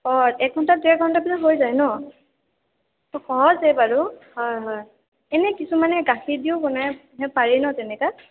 অঁ এক ঘন্টা ডেৰ ঘন্টাৰ পিছত হৈ যায় ন ত' সহজেই বাৰু হয় হয় এনেই কিছুমানে গাখীৰ দিয়ো বনায় সেই পাৰি ন তেনেকা